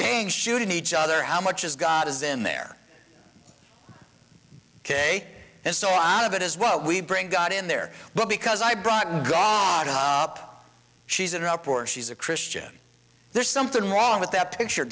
again shooting each other how much is god is in there ok and so out of it as well we bring god in their will because i brought gone up she's in a poor she's a christian there's something wrong with that picture